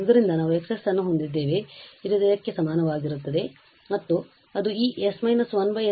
ಆದ್ದರಿಂದ ನಾವು X ಅನ್ನು ಹೊಂದಿದ್ದೇವೆ ಇದು ಇದಕ್ಕೆ ಸಮಾನವಾಗಿದೆ ಮತ್ತು ಅದು ಈ s−1 s 2−2 ಗೆ ಸಮನಾಗಿರುತ್ತದೆ